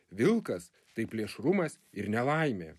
vilkas tai plėšrumas ir nelaimė